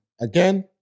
Again